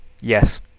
Yes